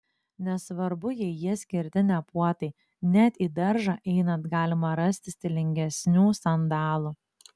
nesvarbu jei jie skirti ne puotai net į daržą einant galima rasti stilingesnių sandalų